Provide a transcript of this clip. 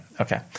okay